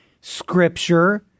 scripture